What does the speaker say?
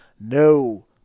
No